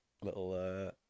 little